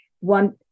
one